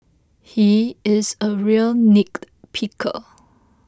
he is a real nitpicker